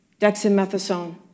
dexamethasone